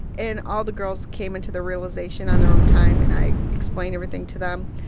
and all the girls came into the realization on their own time, and i explained everything to them.